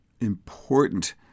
important